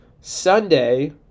Sunday